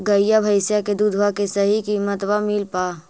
गईया भैसिया के दूधबा के सही किमतबा मिल पा?